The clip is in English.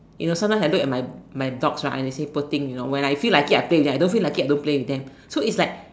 you know sometimes I look at my my dogs right I say poor thing you know when I feel like it I play with them when I don't feel like it I don't play with them so it's like